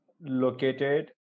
located